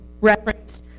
reference